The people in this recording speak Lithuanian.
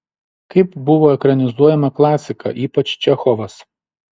kaip buvo ekranizuojama klasika ypač čechovas